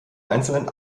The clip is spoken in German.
einzelnen